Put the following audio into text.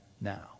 now